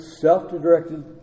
self-directed